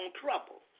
trouble